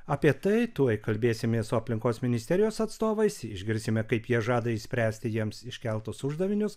apie tai tuoj kalbėsimės su aplinkos ministerijos atstovais išgirsime kaip jie žada išspręsti jiems iškeltus uždavinius